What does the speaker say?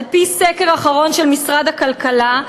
על-פי הסקר האחרון של משרד הכלכלה,